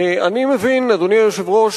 אדוני היושב-ראש,